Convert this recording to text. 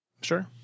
Sure